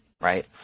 right